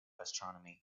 astronomy